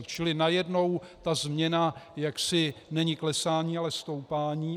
Čili najednou ta změna jaksi není klesání, ale stoupání.